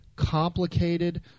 complicated